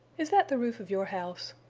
is that the roof of your house?